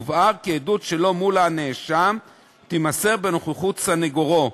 יובהר כי עדות שלא מול הנאשם תימסר בנוכחות סנגורו,